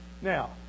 Now